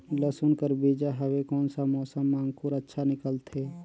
लसुन कर बीजा हवे कोन सा मौसम मां अंकुर अच्छा निकलथे?